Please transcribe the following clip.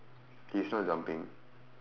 he's not jumping